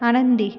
आनंदी